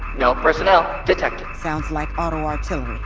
no personnel detected sounds like auto-artillery.